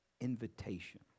Invitation